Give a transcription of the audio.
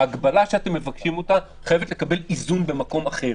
ההגבלה שאתם מבקשים חייבת לקבל איזון במקום אחר.